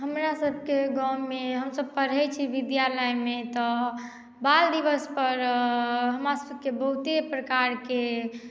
हमरासभके गाँवमे हमसभ पढ़ैत छी विद्यालयमे तऽ बाल दिवसपर हमरा सभकेँ बहुते प्रकारके